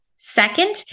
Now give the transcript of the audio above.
Second